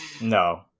No